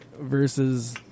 versus